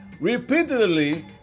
repeatedly